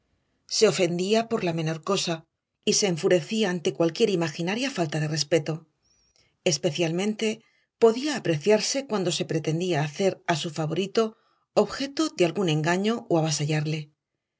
se ofendía por la menor cosa y se enfurecía ante cualquier imaginaria falta de respeto especialmente podía apreciarse cuando se pretendía hacer a su favorito objeto de algún engaño o avasallarle